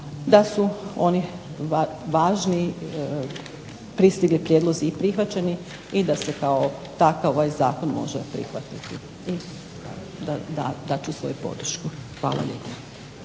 da su oni važni pristigli prijedlozi i prihvaćeni i da se kao takav ovaj zakon može prihvatiti. Dat ću svoju podršku. Hvala lijepa.